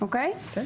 מבחן.